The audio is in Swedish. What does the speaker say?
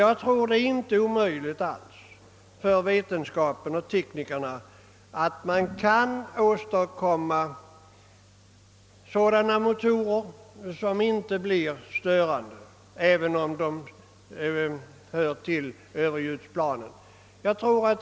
Jag tror inte alls att det är omöjligt för teknikerna att konstruera sådana flygplan att bullret inte blir skadligt.